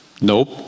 Nope